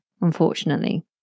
unfortunately